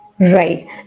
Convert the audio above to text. Right